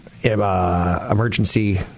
emergency